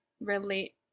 relate